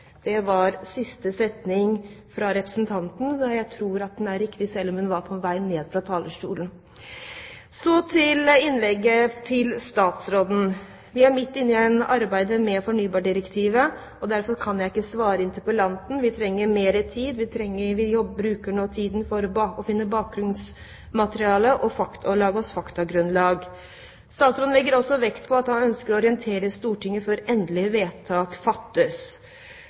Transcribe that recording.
Det var siste setning fra representanten. Jeg tror at den er riktig, selv om hun var på vei ned fra talerstolen. Så til innlegget fra statsråden: Han sa at de er midt oppe i arbeidet med fornybardirektivet, og at han derfor ikke kan svare interpellanten. De trenger mer tid, at de nå bruker tiden til å finne bakgrunnsmateriale og lage seg faktagrunnlag. Statsråden la også vekt på at han ønsket å orientere Stortinget før endelig vedtak fattes.